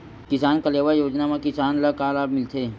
किसान कलेवा योजना म किसान ल का लाभ मिलथे?